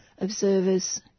observers